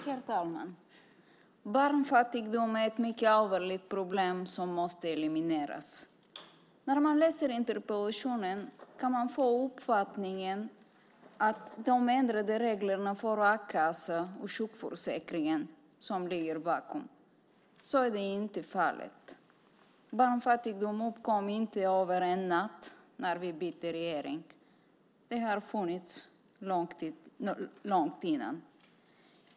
Herr talman! Barnfattigdom är ett mycket allvarligt problem som måste elimineras. När man läser interpellationen kan man få uppfattningen att det är de ändrade reglerna för a-kassa och sjukförsäkring som ligger bakom. Så är inte fallet. Barnfattigdomen uppkom inte över en natt när vi bytte regering. Den har funnits långt innan.